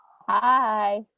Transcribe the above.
Hi